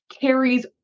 carries